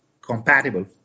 compatible